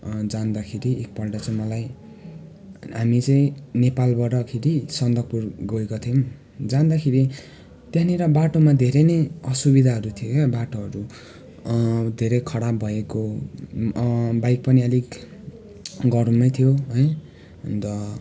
जाँदाखेरि एकपल्ट चाहिँ मलाई हामी चाहिँ नेपालबाटखेरि सन्दकपू गएका थियौँ जाँदाखेरि त्यहाँनिर बाटोमा धेरै नै असुविधाहरू थियो बाटोहरू धेरै खराब भएको बाइक पनि अलिक गह्रौँ थियो है अन्त